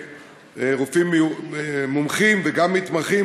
רופאים מומחים וגם מתמחים,